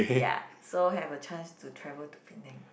ya so have a chance to travel to Penang